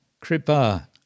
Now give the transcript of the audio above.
Kripa